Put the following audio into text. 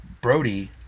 brody